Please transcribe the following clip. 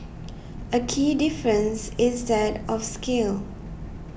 a key difference is that of scale